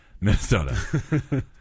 Minnesota